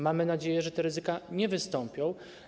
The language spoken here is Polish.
Mamy nadzieję, że te ryzyka nie wystąpią.